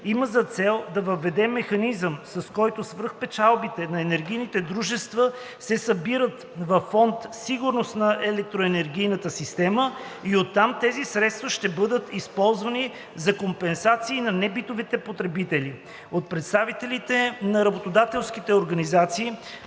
има за цел да въведе механизъм, с който свръхпечалбите на енергийните дружества се събират във фонд „Сигурност на електроенергийната система“ и оттам тези средства ще бъдат ползвани за компенсации на небитовите потребители. От представителите на работодателските организации